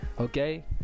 okay